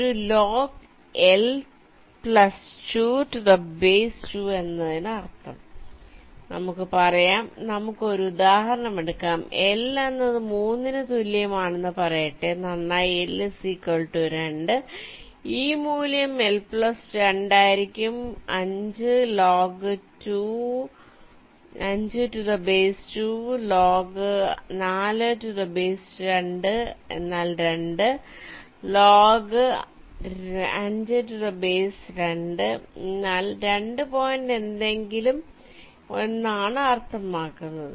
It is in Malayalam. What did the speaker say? ഒരു ⌈ log2 L2⌉ എന്നതിനർത്ഥം നമുക്ക് പറയാം നമുക്ക് ഒരു ഉദാഹരണം എടുക്കാം L എന്നത് 3 ന് തുല്യമാണെന്ന് പറയട്ടെ നന്നായി L 2 ഈ മൂല്യം L2 ആയിരിക്കും 5 log2 5 5 log2 4 എന്നാൽ 2 ലോഗ് 2 5 എന്നാൽ 2 പോയിന്റ് എന്തെങ്കിലും എന്നാണ് അർത്ഥമാക്കുന്നത്